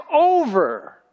over